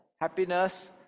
happiness